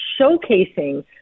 showcasing